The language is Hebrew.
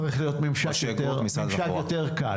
צריך להיות לזה ממשק יותר קל,